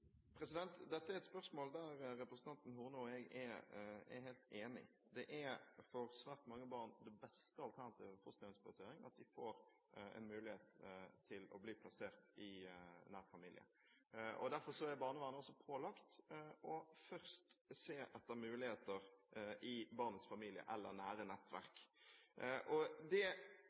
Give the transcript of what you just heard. Dette er et spørsmål der representanten Horne og jeg er helt enige: Det er for svært mange barn det beste alternativet for fosterhjemsplassering at de får en mulighet til å bli plassert i nær familie. Derfor er barnevernet også pålagt først å se etter muligheter i barnets familie eller nære nettverk. Det